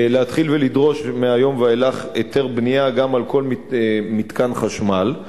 להתחיל לדרוש מהיום ואילך היתר בנייה על כל מתקן חשמל.